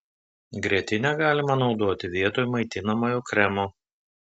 grietinę galima naudoti vietoj maitinamojo kremo